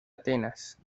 atenas